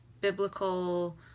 biblical